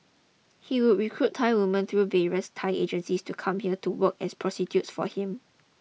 he would recruit Thai women through various Thai agents to come here to work as prostitutes for him